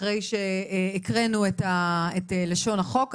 אחרי שהקראנו את לשון החוק,